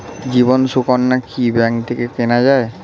জীবন সুকন্যা কি ব্যাংক থেকে কেনা যায়?